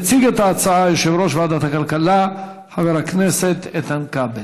יציג את ההצעה יושב-ראש ועדת הכלכלה חבר הכנסת איתן כבל.